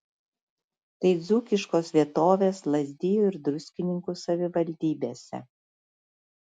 tai dzūkiškos vietovės lazdijų ir druskininkų savivaldybėse